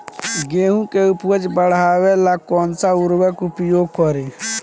गेहूँ के उपज बढ़ावेला कौन सा उर्वरक उपयोग करीं?